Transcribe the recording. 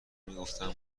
میگفتم